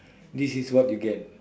this is what you get